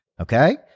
Okay